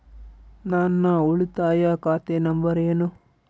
ನನ್ನ ಉಳಿತಾಯ ಖಾತೆ ನಂಬರ್ ಏನು?